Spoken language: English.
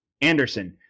Anderson